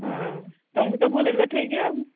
ହଁ ତମକୁ ତ ବୁଲିଲ ଠିକ ଆଉ